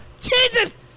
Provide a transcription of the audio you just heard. Jesus